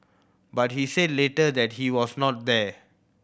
but he said later that he was not there